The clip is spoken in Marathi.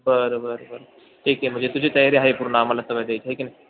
बरं बरं बरं ठीक आहे म्हणजे तुझी तयारी आहे पूर्ण आम्हाला आहे की नाही